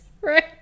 Right